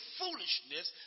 foolishness